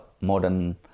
modern